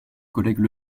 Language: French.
collègue